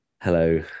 Hello